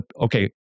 okay